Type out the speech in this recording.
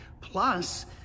Plus